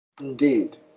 Indeed